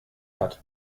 hat